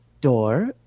door